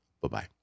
Bye-bye